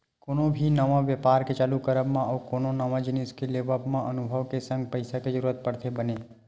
कोनो भी नवा बेपार के चालू करब मा अउ कोनो नवा जिनिस के लेवब म अनभव के संग पइसा के जरुरत पड़थे बने